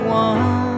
one